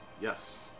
Yes